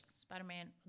spider-man